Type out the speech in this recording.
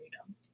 freedom